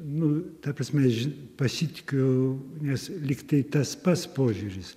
nu ta prasme ži pasitikiu nes lyg tai tas pats požiūris